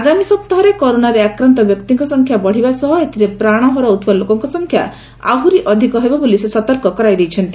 ଆଗାମୀ ସପ୍ତାହରେ କରୋନାରେ ଆକ୍ରାନ୍ତ ବ୍ୟକ୍ତିଙ୍କ ସଂଖ୍ୟା ବଢ଼ିବା ସହ ଏଥିରେ ପ୍ରାଣ ହରାଉଥିବା ଲୋକଙ୍କ ସଂଖ୍ୟା ଆହୁରି ଅଧିକ ହେବ ବୋଲି ସେ ସତର୍କ କରାଇ ଦେଇଛନ୍ତି